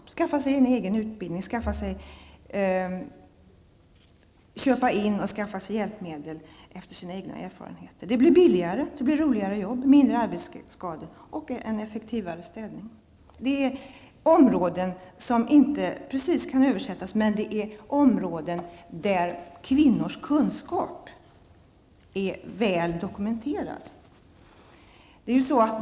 De fick skaffa sig egen utbildning och skaffa sig hjälpmedel utifrån sina egna erfarenheter. Det blir billigare, roligare jobb, mindre arbetsskador och en effektivare städning. Dessa områden kan inte översättas hur som helst, men det är områden där kvinnors kunskap är väl dokumenterad.